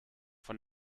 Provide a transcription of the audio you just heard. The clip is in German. von